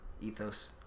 ethos